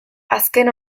azken